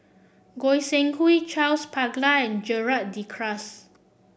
Goi Seng Hui Charles Paglar and Gerald De Cruz